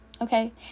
Okay